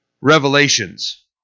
revelations